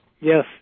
Yes